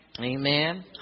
Amen